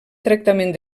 tractament